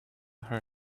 her